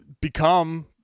become